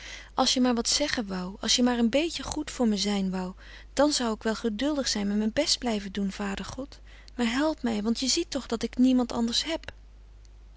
als je maar wat zeggen wou als je maar een beetje goed voor me zijn wou dan zou ik wel geduldig zijn en mijn best blijven doen vader god maar help mij want je ziet toch dat ik niemand anders heb